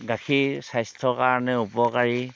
গাখীৰ স্বাস্থ্যৰ কাৰণে উপকাৰী